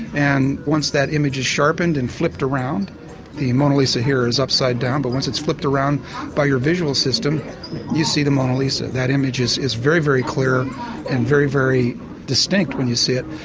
and once that image is sharpened and flipped around the mona lisa here is upside down but once it's flipped around by your visual system you see the mona lisa. that image is is very, very clear and very, very distinct when you see it.